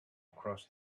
across